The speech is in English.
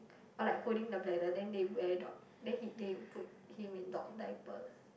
oh like holding the bladder then they wear dog then he they put him in dog diapers